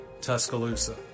tuscaloosa